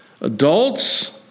Adults